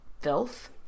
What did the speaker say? filth